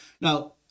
Now